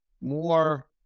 more